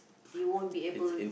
you won't be able